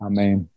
Amen